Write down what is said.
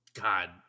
God